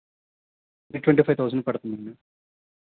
ఇది twenty five thousand పడుతుంది అండి